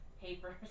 papers